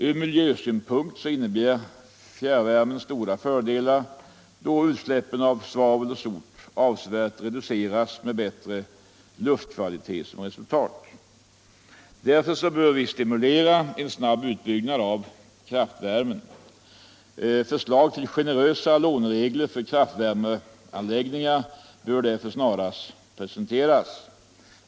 Ur miljösynpunkt innebär fjärrvärme stora fördelar då utsläppen av svavel och sot avsevärt reduceras, med bättre luftkvalitet som resultat. Därför bör en snabb utbyggnad av kraftvärme stimuleras. Förslag till generösa låneregler för kraftvärmeanläggningar bör snarast presenteras.